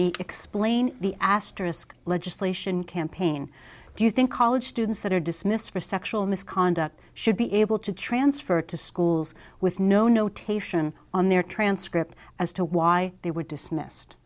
the the asterisk legislation campaign do you think college students that are dismissed for sexual misconduct should be able to transfer to schools with no notation on their transcript as to why they were dismissed